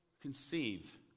conceive